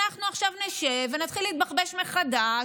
אנחנו עכשיו נשב ונתחיל להתבחבש מחדש,